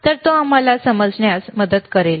तर तो आम्हाला समजण्यास मदत करेल